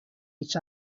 each